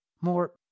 more